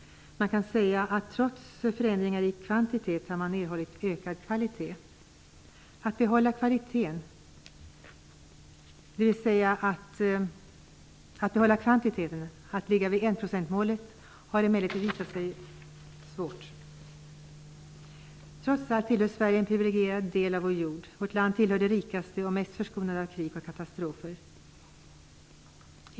Trots förändringar i kvantitet har man erhållit en ökad kvalitet. Att behålla kvantiteten, dvs. att ligga nära enprocentsmålet, har emellertid visat sig vara svårt. Trots allt tillhör Sverige en priviligierad del av vår jord. Vårt land tillhör de rikaste länderna och de länder som har varit mest föskonade från krig och katastrofer.